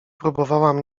próbowałam